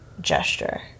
gesture